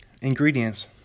Ingredients